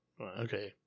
okay